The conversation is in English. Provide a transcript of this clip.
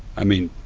i mean,